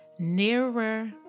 Nearer